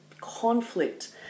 conflict